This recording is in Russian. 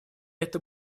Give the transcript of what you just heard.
это